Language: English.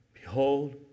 Behold